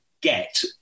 get